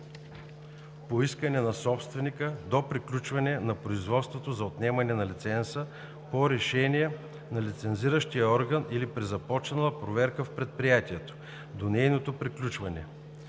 по искане на собственика до приключване на производство за отнемане на лиценза по решение на лицензиращия орган или при започнала проверка в предприятието – до нейното приключване.